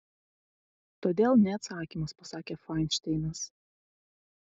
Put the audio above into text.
todėl ne atsakymas pasakė fainšteinas